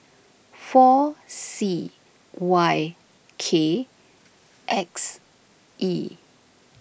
four C Y K X E